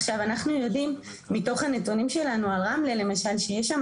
עכשיו אנחנו יודעים מתוך הנתונים שלנו על רמלה למשל שיש שמה